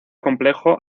complejo